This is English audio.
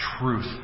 truth